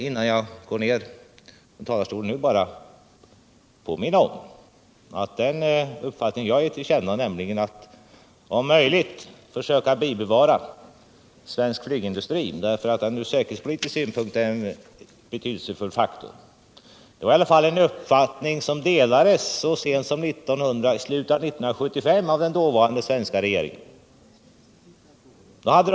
Innan jag går ned från talarstolen vill jag erinra om att den uppfattning jag har givit till känna, att om möjligt försöka bibehålla svensk flygindustri därför att den från säkerhetspolitisk synpunkt är betydelsefull, är en uppfattning som delades så sent som i slutet av 1975 av den dåvarande svenska Försvarspolitiken, regeringen.